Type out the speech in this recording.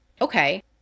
Okay